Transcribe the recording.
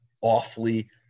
awfully